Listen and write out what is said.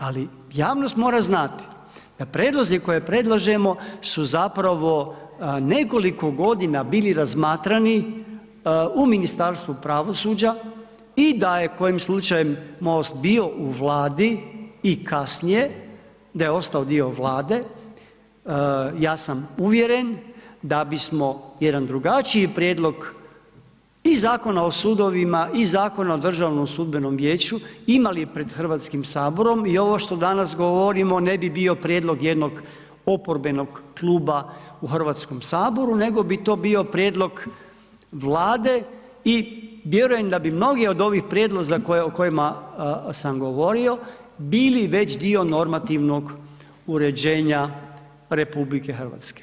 Ali javnost mora znati da prijedlozi koje predlažemo su zapravo nekoliko godina bili razmatrani u Ministarstvu pravosuđa i da je kojim slučajem MOST bio u Vladi i kasnije da je ostao dio Vlade ja sam uvjeren da bismo jedan drugačiji prijedlog i Zakona o sudovima i Zakona o Državnom sudbenom vijeću imali pred Hrvatskim saborom i ovo što danas govorimo ne bi bio prijedlog jednog oporbenog kluba u Hrvatskom saboru nego bi to bio prijedlog Vlade i vjerujem da bi mnogi od ovih prijedloga o kojima sam govorio bili već dio normativnog uređenja RH.